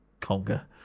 Conga